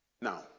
Now